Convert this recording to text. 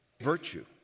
virtue